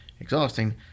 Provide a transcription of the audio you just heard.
exhausting